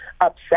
upset